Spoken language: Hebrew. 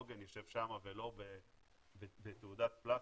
העוגן יישב שם ולא בתעודת פלסטיק.